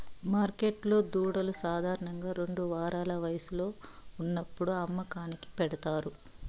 మార్కెట్లో దూడలు సాధారణంగా రెండు వారాల వయస్సులో ఉన్నప్పుడు అమ్మకానికి పెడతారు